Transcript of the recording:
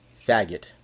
faggot